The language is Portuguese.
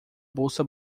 bolsa